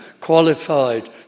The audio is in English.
qualified